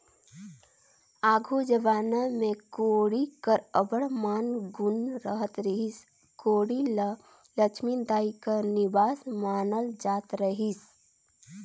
आघु जबाना मे कोठी कर अब्बड़ मान गुन रहत रहिस, कोठी ल लछमी दाई कर निबास मानल जात रहिस